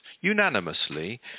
unanimously